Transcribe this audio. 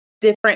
different